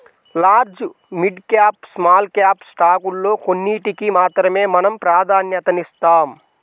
large, mid cap, small cap స్టాకుల్లో కొన్నిటికి మాత్రమే మనం ప్రాధన్యతనిస్తాం